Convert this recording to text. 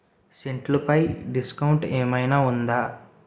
సెంట్లు పై డిస్కౌంట్ ఏమైనా ఉందా